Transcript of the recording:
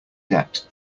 debt